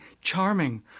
charming